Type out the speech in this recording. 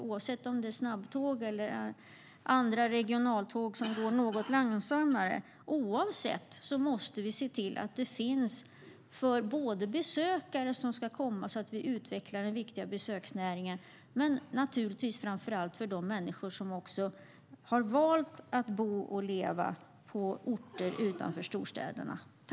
Oavsett om det är snabbtåg eller regionaltåg som går något långsammare måste vi se till att de finns för besökare så att vi utvecklar den viktiga besöksnäringen men framför allt för de människor som har valt att bo och leva på orter utanför storstäderna.